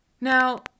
Now